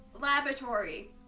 Laboratory